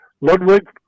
Ludwig